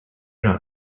not